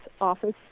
Office